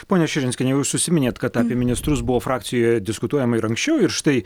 ponia širinskiene jūs užsiminėt kad apie ministrus buvo frakcijoje diskutuojama ir anksčiau ir štai